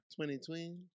2020